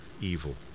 evil